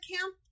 Camp